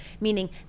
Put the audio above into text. meaning